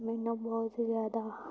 ਮੈਂਨੂੰ ਬਹੁਤ ਜ਼ਿਆਦਾ